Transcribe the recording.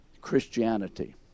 Christianity